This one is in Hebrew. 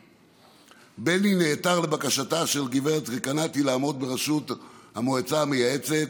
בני נעתר לבקשתה של גב' רקנטי לעמוד בראשות המועצה המייעצת,